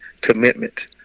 commitment